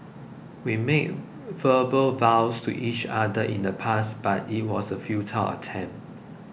we made verbal vows to each other in the past but it was a futile attempt